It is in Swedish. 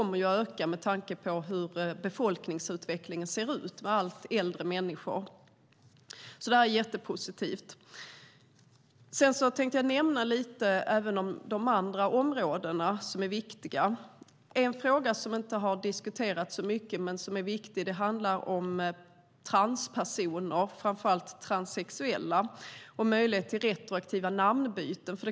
Med tanke på befolkningsutvecklingen, med allt fler äldre människor, kommer behovet att öka. Det här är alltså jättepositivt. Jag tänkte också nämna de andra viktiga områdena. En fråga som inte har diskuterats särskilt mycket men som är viktig handlar om transpersoner, framför allt transsexuella, och möjlighet till retroaktiva namnbyten.